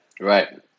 Right